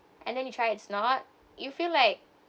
and then you try it's not you feel like